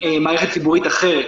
מערכת ציבורית אחרת